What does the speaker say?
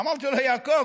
אמרתי לו: יעקב,